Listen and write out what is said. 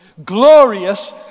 glorious